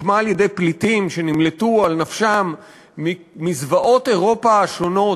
שהוקמה על-ידי פליטים שנמלטו על נפשם מזוועות אירופה השונות,